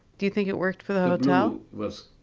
do you think it worked for the you know was